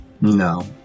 No